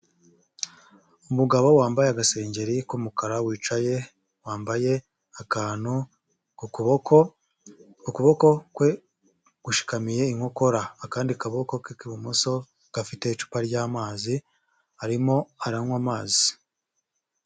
Umugabo wambaye agasengeri k'umukara, wicaye, wambaye akantu ku kuboko, ukuboko kwe gushikamiye inkokora. Akandi kaboko ke k'ibumoso gafite icupa ry'amazi, arimo aranywa amazi.